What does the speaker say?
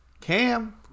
Cam